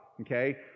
Okay